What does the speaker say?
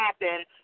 happen